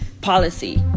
policy